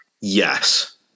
Yes